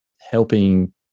helping